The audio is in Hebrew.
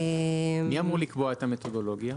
מי אמור לקבוע את המתודולוגיה?